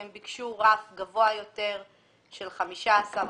הם ביקשו רף גבוה יותר של 15 אחוזים.